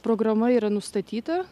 programa yra nustatyta